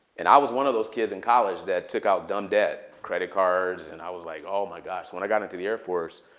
and i was one of those kids in college that took out dumb debt, credit cards. and i was like, oh my gosh. when i got into the air force,